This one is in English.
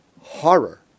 horror